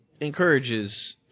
encourages